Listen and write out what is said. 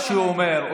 מה שהוא אומר,